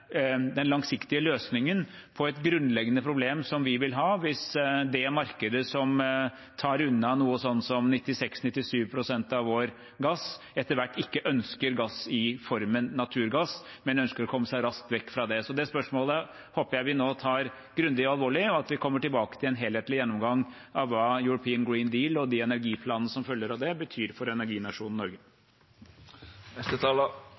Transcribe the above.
den langsiktige løsningen på et grunnleggende problem som vi vil ha hvis det markedet som tar unna noe sånt som 96–97 pst. av vår gass, etter hvert ikke ønsker gass i formen naturgass, men ønsker å komme seg raskt vekk fra det. Det spørsmålet håper jeg vi nå tar grundig og alvorlig, og at vi kommer tilbake til en helhetlig gjennomgang av hva European Green Deal og de energiplanene som følger av det, betyr for energinasjonen Norge.